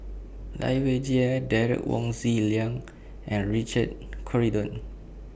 Lai Weijie Derek Wong Zi Liang and Richard Corridon